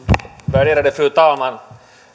värderade fru talman